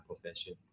profession